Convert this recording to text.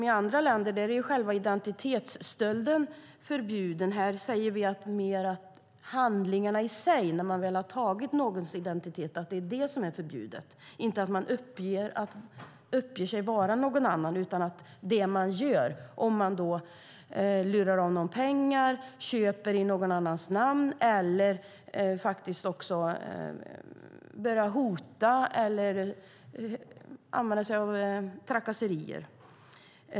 I andra länder är själva identitetsstölden förbjuden. Här säger vi i stället att handlingar som begås när man väl har tagit någons identitet är förbjudna. Det är alltså inte förbjudet att uppge sig vara någon annan, men det är förbjudet om man lurar av någon pengar, köper i någon annans namn eller till exempel börjar hota eller ägna sig åt trakasserier.